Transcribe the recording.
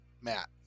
Matt